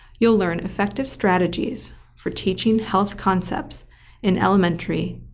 you'll learn effective strategies for teaching health concepts in elementary,